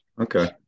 Okay